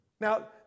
Now